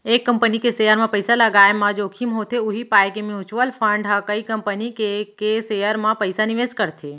एक कंपनी के सेयर म पइसा लगाय म जोखिम होथे उही पाय के म्युचुअल फंड ह कई कंपनी के के सेयर म पइसा निवेस करथे